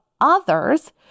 others